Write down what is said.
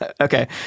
Okay